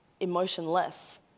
emotionless